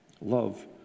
Love